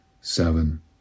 seven